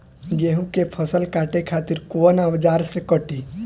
गेहूं के फसल काटे खातिर कोवन औजार से कटी?